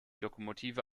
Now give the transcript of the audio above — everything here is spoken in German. lokomotive